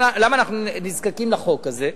לחוק הזה?